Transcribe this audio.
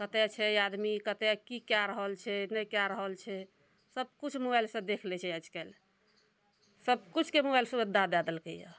कतए छै आदमी कतए की कऽ रहल छै नहि कऽ रहल छै सबकिछु मोबाइल से देख लै छै आइकाल्हि सबकिछुके मोबाइल सुविधा दऽ देलकैया